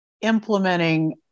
implementing